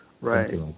Right